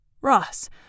Ross